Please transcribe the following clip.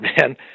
man